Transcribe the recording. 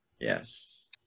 Yes